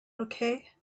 okay